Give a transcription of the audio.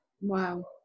Wow